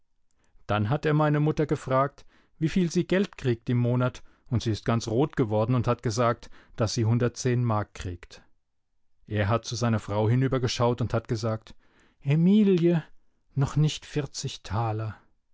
dann hat er meine mutter gefragt wieviel sie geld kriegt im monat und sie ist ganz rot geworden und hat gesagt daß sie hundert zehn mark kriegt er hat zu seiner frau hinübergeschaut und hat gesagt emilie noch nicht vierzig taler